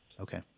Okay